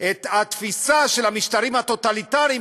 את התפיסה של המשטרים הטוטליטריים,